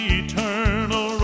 eternal